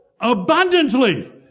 abundantly